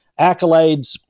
accolades